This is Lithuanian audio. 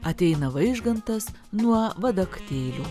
ateina vaižgantas nuo vadaktėlių